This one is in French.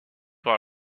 par